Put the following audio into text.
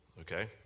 okay